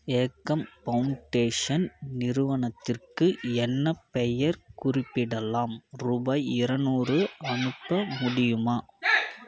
ஏக்கம் ஃபவுண்டேஸன் நிறுவனத்திற்கு என்ன பெயர் குறிப்பிடலாம் ரூபாய் இரநூறு அனுப்ப முடியுமா